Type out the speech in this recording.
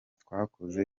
twakoze